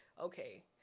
okay